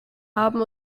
haben